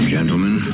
Gentlemen